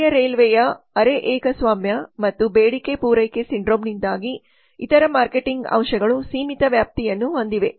ಭಾರತೀಯ ರೈಲ್ವೆಯ ಅರೆ ಏಕಸ್ವಾಮ್ಯ ಮತ್ತು ಬೇಡಿಕೆ ಪೂರೈಕೆ ಸಿಂಡ್ರೋಮ್ನಿಂದಾಗಿ ಇತರ ಮಾರ್ಕೆಟಿಂಗ್ ಅಂಶಗಳು ಸೀಮಿತ ವ್ಯಾಪ್ತಿಯನ್ನು ಹೊಂದಿವೆ